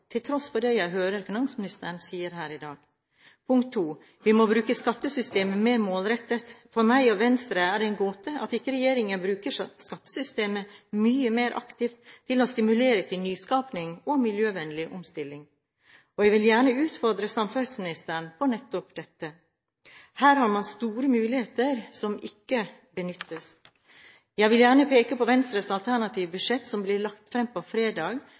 til tross for det jeg hører finansministeren si her i dag. Vi må bruke skattesystemet mer målrettet. For meg og Venstre er det en gåte at ikke regjeringen bruker skattesystemet mye mer aktivt til å stimulere til nyskaping og miljøvennlig omstilling, og jeg vil gjerne utfordre finansministeren på nettopp dette. Her har man store muligheter som ikke benyttes. Jeg vil gjerne peke på Venstres alternative budsjett som ble lagt fram på fredag,